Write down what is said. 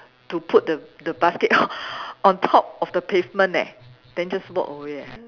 to put the the basket on on top of the pavement eh then just walk away eh